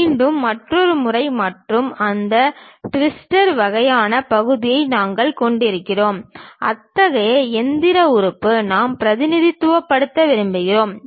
மீண்டும் மற்றொரு முறை மற்றும் அந்த ட்விஸ்டர் வகையான பகுதியை நாங்கள் கொண்டிருக்கிறோம் அத்தகைய இயந்திர உறுப்பு நாம் பிரதிநிதித்துவப்படுத்த விரும்புகிறோம்